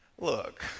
Look